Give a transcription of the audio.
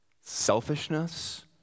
selfishness